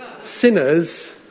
sinners